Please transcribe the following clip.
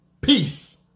Peace